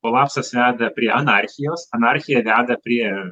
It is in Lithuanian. kolapsas veda prie anarchijos anarchija veda prie